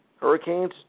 Hurricanes